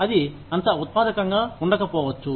అది అంత ఉత్పాదకంగా ఉండకపోవచ్చు